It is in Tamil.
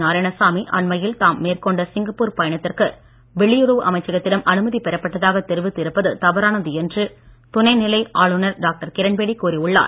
நாராயணசாமி அண்மையில் தாம் மேற்கொண்ட சிங்கப்பூர் பயணத்திற்கு வெளியுறவு அமைச்சகத்திடம் அனுமதி பெறப்பட்டதாக தெரிவித்து இருப்பது தவறானது என்று துணை நிலை ஆளுநர் டாக்டர் கிரண்பேடி கூறியுள்ளார்